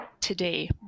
today